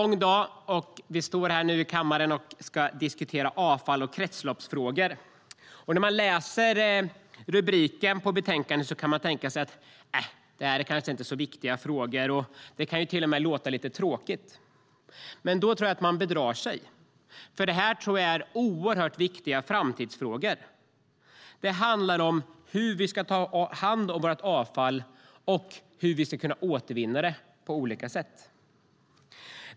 När man läser rubriken på betänkandet tänker man kanske att det inte är så viktiga frågor. Ämnet kan till och med låta lite tråkigt. Men då bedrar man sig, för det här är viktiga framtidsfrågor. Det handlar om hur vi ska ta hand om vårt avfall och hur vi ska kunna återvinna det.